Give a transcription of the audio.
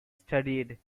studied